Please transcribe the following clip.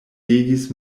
legis